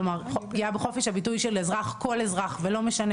כלומר פגיעה בחופש הביטוי של אזרח כל אזרח ולא משנה